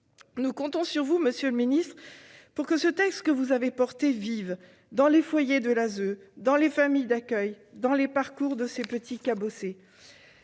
nous comptons sur vous pour que ce texte, que vous avez défendu, vive dans les foyers de l'ASE, dans les familles d'accueil, dans les parcours de ces petits cabossés.